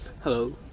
Hello